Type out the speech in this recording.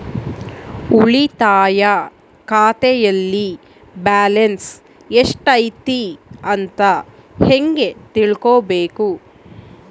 ಉಳಿತಾಯ ಖಾತೆಯಲ್ಲಿ ಬ್ಯಾಲೆನ್ಸ್ ಎಷ್ಟೈತಿ ಅಂತ ಹೆಂಗ ತಿಳ್ಕೊಬೇಕು?